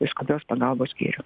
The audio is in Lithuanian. skubios pagalbos skyrių